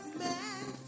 man